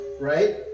Right